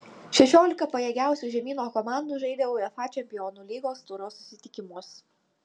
šešiolika pajėgiausių žemyno komandų žaidė uefa čempionų lygos turo susitikimus